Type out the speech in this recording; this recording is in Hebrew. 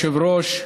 אדוני היושב-ראש,